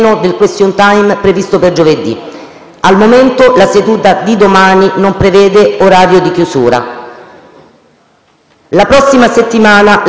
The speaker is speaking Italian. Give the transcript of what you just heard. Al momento, la seduta di domani non prevede orario di chiusura. La prossima settimana l'Assemblea non terrà seduta